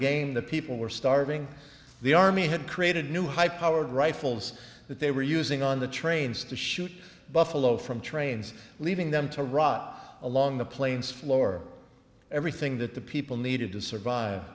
game the people were starving the army had created new high powered rifles that they were using on the trains to shoot buffalo from trains leaving them to rot along the plains floor everything that the people needed to survive